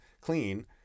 clean